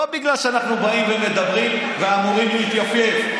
לא בגלל שאנחנו באים ומדברים ואמורים להתייפייף,